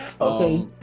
Okay